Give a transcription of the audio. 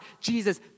Jesus